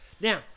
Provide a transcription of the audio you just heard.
Now